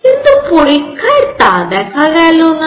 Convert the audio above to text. কিন্তু পরীক্ষায় তা দেখা গেলনা